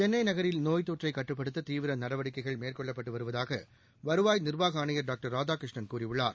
சென்னை நகரில் நோய்த்தொற்றை கட்டுப்படுத்த தீவிர நடவடிக்கைகள் மேற்கொள்ளப்பட்டு வருவதாக வருவாய் நிர்வாக ஆணையர் டாக்டர் ராதாகிருஷ்ணன் கூறியுள்ளார்